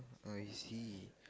I see